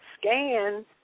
scan